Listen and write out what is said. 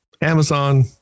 Amazon